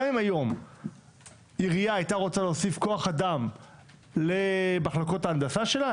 גם אם היום עירייה הייתה רוצה להוסיף כוח אדם למחלקות ההנדסה שלה,